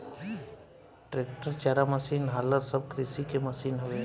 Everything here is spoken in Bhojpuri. ट्रेक्टर, चारा मसीन, हालर सब कृषि के मशीन हवे